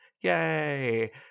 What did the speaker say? yay